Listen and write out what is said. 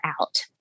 out